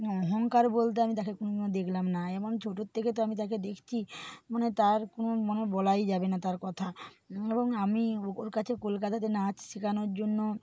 অহংকার বলতে আমি তাকে কোনো দিনও দেখলাম না এমন ছোটো থেকে তো আমি তাকে দেখছি মানে তার কোনো মানে বলাই যাবে না তার কথা বরং আমি ওর কাছে কলকাতাতে নাচ শিখানোর জন্য